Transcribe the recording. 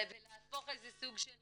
ולהפוך את זה סוג של,